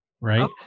right